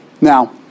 Now